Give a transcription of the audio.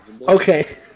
Okay